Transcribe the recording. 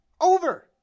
Over